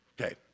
Okay